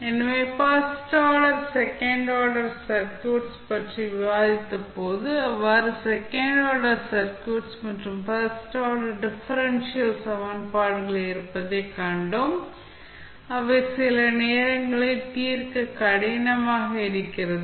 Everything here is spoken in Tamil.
எனவே first order second order circuits பற்றி விவாதித்தபோது பல்வேறு செகண்ட் ஆர்டர் சர்க்யூட்ஸ் மற்றும் ஃபர்ஸ்ட் ஆர்டர் டிஃபரென்ஷியல் சமன்பாடுகள் இருப்பதைக் கண்டோம் அவை சில நேரங்களில் தீர்க்க கடினமாக இருக்கிறது